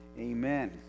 amen